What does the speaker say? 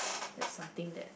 that something that